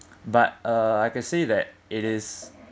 but uh I can say that it is